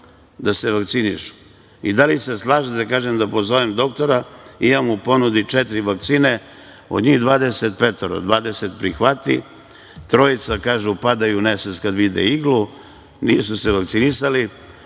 da se vakcinišu i da li se slažete, kažem da pozovem doktora, imamo u ponudi četiri vakcine, od njih 25, 20 prihvati, trojica padaju u nesvest kada vide iglu, i nisu se vakcinisali,